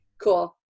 Cool